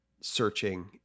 searching